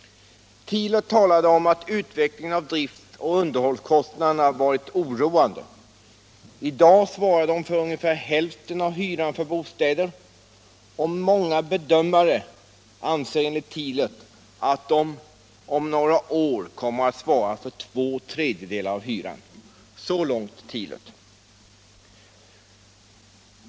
Tilert talade om att utvecklingen av driftoch underhållskostnaderna varit oroande. I dag svarar de för ungefär hälften av hyran för bostäder, och många bedömare anser att de om några år kommer att svara för två tredjedelar av hyran. Så långt Tilert.